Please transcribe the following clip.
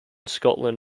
scotland